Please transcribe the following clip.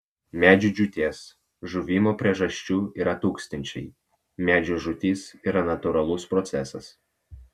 medžių džiūties žuvimo priežasčių yra tūkstančiai medžio žūtis yra natūralus procesas